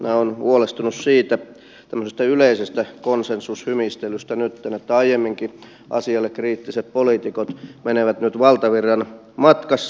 minä olen huolestunut tämmöisestä yleisestä konsensushymistelystä että aiemmin asialle kriittiset poliitikot menevät nyt valtavirran matkassa